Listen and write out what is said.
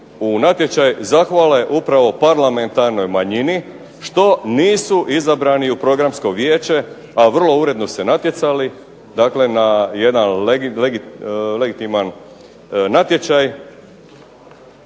u natječaj zahvale upravo parlamentarnoj manjini što nisu izabrani u programsko vijeće a uredno su se natjecali na jedan legitiman natječaj,